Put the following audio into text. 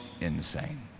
insane